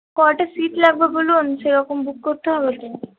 কটা সীট লাগবে বলুন সেরকম বুক করতে হবে তো